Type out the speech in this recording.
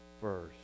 first